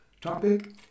topic